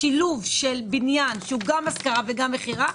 השילוב של בניין שהוא גם השכרה וגם מכירה,